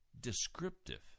descriptive